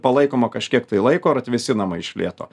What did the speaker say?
palaikoma kažkiek tai laiko ir atvėsinama iš lėto